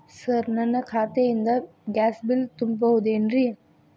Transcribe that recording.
Sir ನನ್ನ ಖಾತೆಯಿಂದ gas bill ತುಂಬಹುದೇನ್ರಿ?